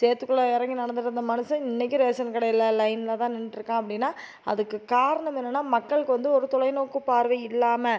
சேத்துக்குள்ளே இறங்கி நடந்துட்ருந்த மனுசன் இன்னைக்கு ரேஷன் கடையில் லைனில் தான் நின்னுட்டுருக்கான் அப்படினா அதுக்கு காரணம் என்னன்னா மக்களுக்கு வந்து ஒரு தொலைநோக்கு பார்வை இல்லாமல்